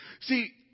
See